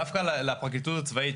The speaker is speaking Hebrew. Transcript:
דווקא לפרקליטות הצבאית,